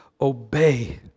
obey